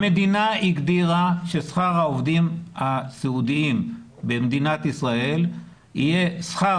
המדינה הגדירה ששכר העובדים הסיעודיים במדינת ישראל יהיה שכר